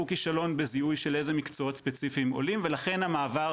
כישלון בזיהוי של איזה מקצועות ספציפיים עולים ולכן המעבר,